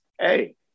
hey